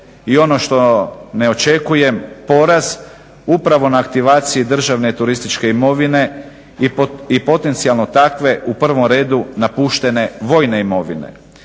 i ono što ne očekujem poraz upravno na aktivaciji državne turističke imovine i potencijalno takve u prvom redu napuštene vojne imovine.